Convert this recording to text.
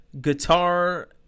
guitar